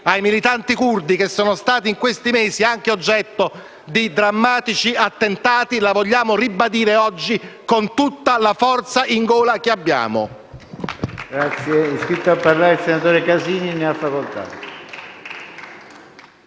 ai militanti curdi che sono stati in questi mesi anche oggetto di drammatici attentati, la vogliamo ribadire oggi con tutta la forza che abbiamo